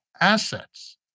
assets